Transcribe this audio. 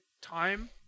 time